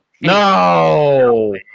No